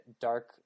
dark